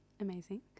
Amazing